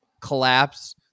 collapse